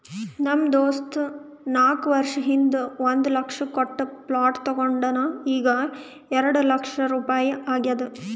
ನಮ್ ದೋಸ್ತ ನಾಕ್ ವರ್ಷ ಹಿಂದ್ ಒಂದ್ ಲಕ್ಷ ಕೊಟ್ಟ ಪ್ಲಾಟ್ ತೊಂಡಾನ ಈಗ್ಎರೆಡ್ ಲಕ್ಷ ರುಪಾಯಿ ಆಗ್ಯಾದ್